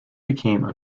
became